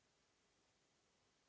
Hvala